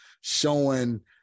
showing